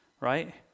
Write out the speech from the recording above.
right